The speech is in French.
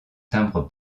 timbres